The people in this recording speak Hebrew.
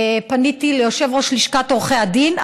פניתי ליושב-ראש לשכת עורכי הדין,